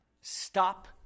Stop